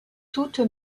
toute